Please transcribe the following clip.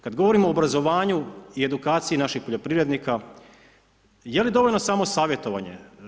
Kada govorimo o obrazovanju i edukaciji naših poljoprivrednika, je li dovoljno samo savjetovanje.